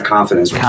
Confidence